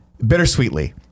bittersweetly